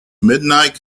midnight